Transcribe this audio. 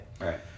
Right